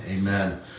amen